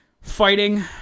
fighting